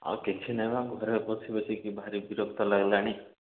ଆଉ କିଛି ନାଇଁବା ଘରେ ବସି ବସିକି ଭାରି ବିରକ୍ତ ଲାଗିଲାଣି